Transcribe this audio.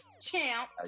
Champ